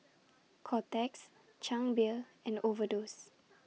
Kotex Chang Beer and Overdose